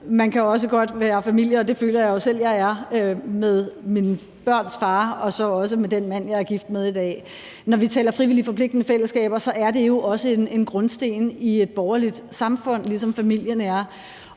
man kan jo også godt være familie uden, og det føler jeg jo selv jeg er med mine børns far og så også med den mand, jeg er gift med i dag. Når vi taler frivillige forpligtende fællesskaber, er det jo også en grundsten i et borgerligt samfund, ligesom familien er